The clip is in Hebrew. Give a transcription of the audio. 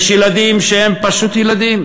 יש ילדים שהם פשוט ילדים,